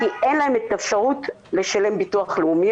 כי אין להם את האפשרות לשלם ביטוח לאומי